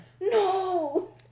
No